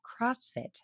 CrossFit